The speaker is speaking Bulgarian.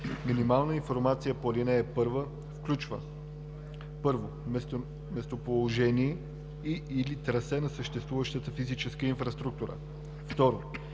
Минималната информация по ал. 1 включва: 1. местоположение и/или трасе на съществуващата физическа инфраструктура; 2.